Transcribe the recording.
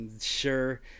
sure